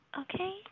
Okay